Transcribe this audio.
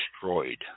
destroyed